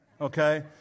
okay